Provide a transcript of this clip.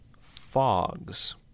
Fogs